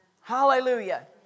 Hallelujah